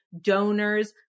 donors